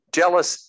jealous